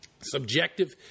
subjective